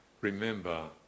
remember